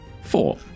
four